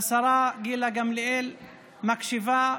והשרה גילה גמליאל מקשיבה,